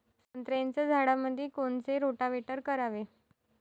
संत्र्याच्या झाडामंदी कोनचे रोटावेटर करावे?